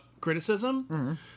criticism